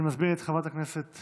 אני מזמין את חברת הכנסת